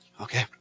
Okay